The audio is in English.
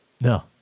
No